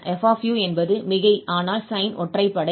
f என்பது மிகை ஆனால் sine ஒற்றைப்படை